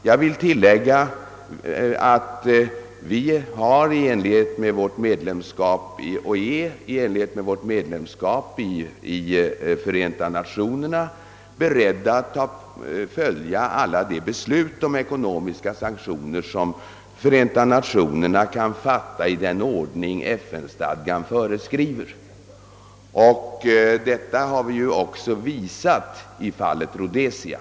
Jag vill tillägga att vi i enlighet med vårt medlemskap i Förenta Nationerna är beredda att följa alla de beslut om ekonomiska sanktioner som Förenta Nationerna kan fatta i den ordning FN stadgan föreskriver. Detta har vi också visat i fallet Rhodesia.